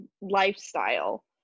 lifestyle